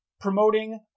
promoting